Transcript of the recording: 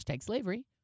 slavery